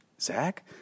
Zach